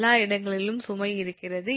எல்லா இடங்களிலும் சுமை இருக்கிறது